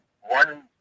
one